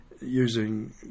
using